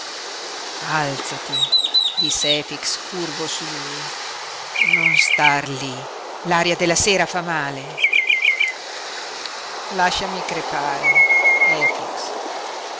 alzati disse efix curvo su lui non star lí l'aria della sera fa male lasciami crepare efix